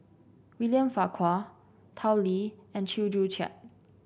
William Farquhar Tao Li and Chew Joo Chiat